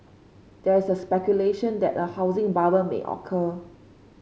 there is speculation that a housing bubble may occur